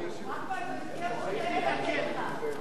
אחמד, הוא הבטיח שהוא,